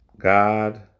God